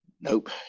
Nope